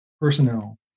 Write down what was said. personnel